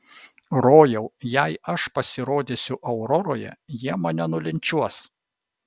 rojau jei aš pasirodysiu auroroje jie mane nulinčiuos